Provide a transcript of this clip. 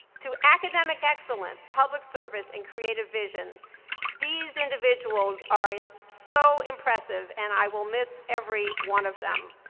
through academic excellence, public service, and creative vision these individuals are so impressive, and i will miss every one of them.